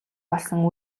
болсон